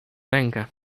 rękę